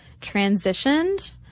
transitioned